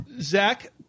Zach